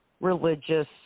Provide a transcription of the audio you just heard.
religious